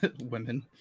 Women